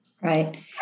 Right